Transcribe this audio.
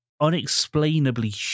unexplainably